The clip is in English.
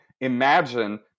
imagine